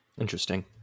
Interesting